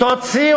אם אפשר לסכם.